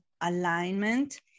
alignment